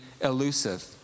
elusive